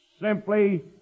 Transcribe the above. Simply